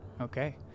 Okay